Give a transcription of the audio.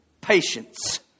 patience